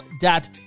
dad